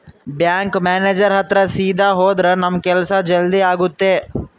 bank manager ಹತ್ರ ಸೀದಾ ಹೋದ್ರ ನಮ್ ಕೆಲ್ಸ ಜಲ್ದಿ ಆಗುತ್ತೆ